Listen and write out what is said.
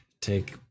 take